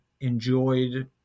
enjoyed